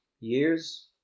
Years